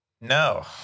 No